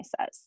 says